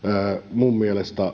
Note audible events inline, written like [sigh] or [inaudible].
minun mielestäni [unintelligible]